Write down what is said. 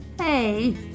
Hey